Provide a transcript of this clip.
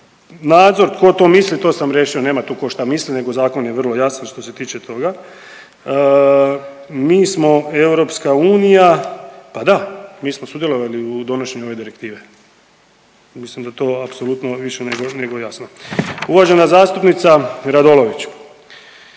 Nadzor tko to misli, to sam riješio nema tu ko šta misli nego zakon je vrlo jasan što se tiče toga. Mi smo EU, pa da mi smo sudjelovali u donošenju ove direktive, mislim da je to apsolutno više nego jasno. Uvažena zastupnica Radolović,